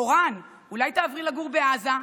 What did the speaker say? מורן, אולי תעברי לגור בעזה?